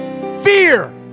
Fear